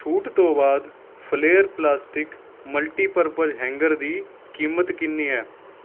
ਛੂਟ ਤੋਂ ਬਾਅਦ ਫਲੇਅਰ ਪਲਾਸਟਿਕ ਮਲਟੀਪਰਪਜ਼ ਹੈਂਗਰ ਦੀ ਕੀਮਤ ਕਿੰਨੀ ਹੈ